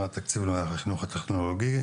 לחינוך הטכנולוגי,